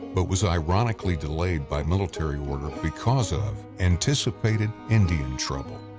but was ironically delayed by military order because of anticipated indian trouble.